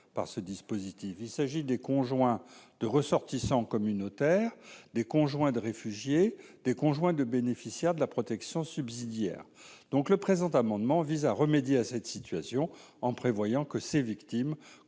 il s'agit des conjoints de ressortissants communautaires des conjoints de réfugiés des conjoints de bénéficiaires de la protection subsidiaire donc le présent amendement vise à remédier à cette situation en prévoyant que ces victimes